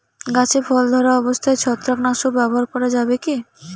গাছে ফল ধরা অবস্থায় ছত্রাকনাশক ব্যবহার করা যাবে কী?